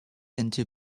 into